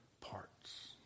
parts